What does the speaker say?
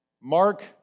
Mark